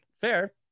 Fair